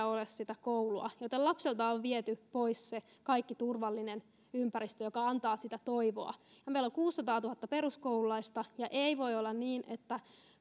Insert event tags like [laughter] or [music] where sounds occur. [unintelligible] ole myöskään sitä koulua joten lapselta on viety pois koko se turvallinen ympäristö joka antaa toivoa meillä on kuusisataatuhatta peruskoululaista ja ei voi olla niin että